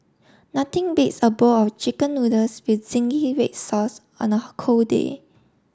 nothing beats a bowl chicken noodles with zingy red sauce on a cold day